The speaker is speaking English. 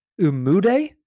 Umude